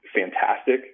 fantastic